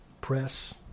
press